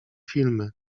filmy